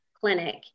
clinic